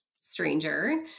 stranger